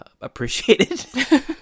appreciated